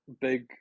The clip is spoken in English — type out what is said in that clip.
big